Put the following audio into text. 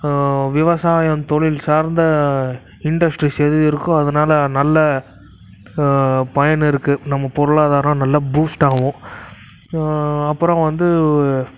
விவசாயம் தொழில் சார்ந்த இண்டஸ்ட்ரீஸ் எது இருக்கோ அதனால நல்ல பயன் இருக்கு நம்ம பொருளாதாரம் நல்ல பூஸ்டாகவும் அப்புறம் வந்து